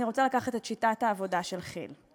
אני רוצה לקחת את שיטת העבודה של כי"ל.